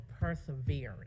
persevering